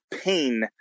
pain